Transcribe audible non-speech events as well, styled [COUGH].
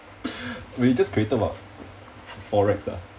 [LAUGHS] we just created one forex ah